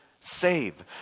save